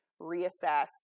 reassess